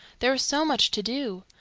there was so much to do!